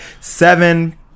seven